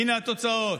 הינה התוצאות: